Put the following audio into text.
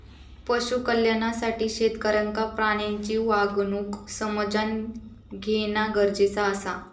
पशु कल्याणासाठी शेतकऱ्याक प्राण्यांची वागणूक समझान घेणा गरजेचा आसा